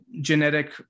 genetic